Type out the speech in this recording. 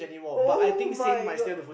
[oh]-my-God